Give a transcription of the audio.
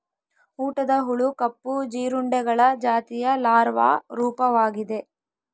ಊಟದ ಹುಳು ಕಪ್ಪು ಜೀರುಂಡೆಗಳ ಜಾತಿಯ ಲಾರ್ವಾ ರೂಪವಾಗಿದೆ